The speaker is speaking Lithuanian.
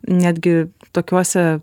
netgi tokiose